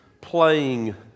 playing